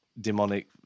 demonic